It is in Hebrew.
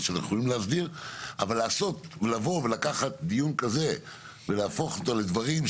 אבל לקחת דיון כזה ולהביא אותו למקומות